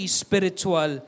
spiritual